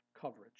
coverage